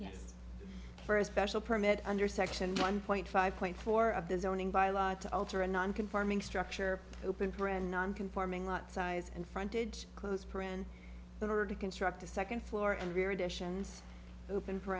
yes for a special permit under section one point five point four of the zoning by law to alter a non conforming structure open brand non conforming lot size and frontage close friend in order to construct a second floor and rear additions open for